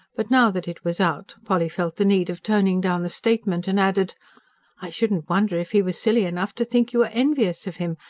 but now that it was out, polly felt the need of toning down the statement, and added i shouldn't wonder if he was silly enough to think you were envious of him,